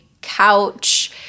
couch